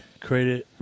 created